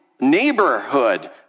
neighborhood